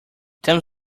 tame